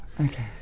Okay